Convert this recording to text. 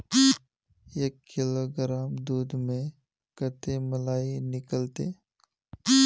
एक किलोग्राम दूध में कते मलाई निकलते?